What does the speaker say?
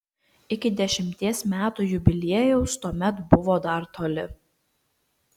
iki dešimties metų jubiliejaus tuomet buvo dar toli